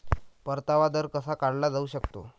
परतावा दर कसा काढला जाऊ शकतो?